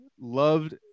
Loved